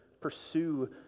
Pursue